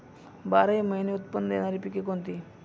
बाराही महिने उत्त्पन्न देणारी पिके कोणती?